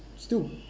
still